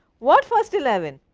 what first eleven?